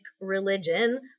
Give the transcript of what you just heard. religion